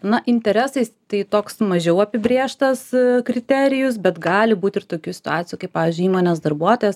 na interesais tai toks mažiau apibrėžtas kriterijus bet gali būt ir tokių situacijų kai pavyzdžiui įmonės darbuotojas